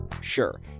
Sure